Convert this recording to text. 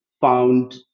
found